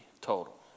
total